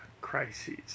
crises